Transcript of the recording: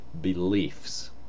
beliefs